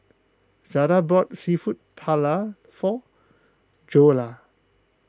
Zada bought Seafood Paella for Joella